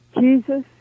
Jesus